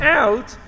out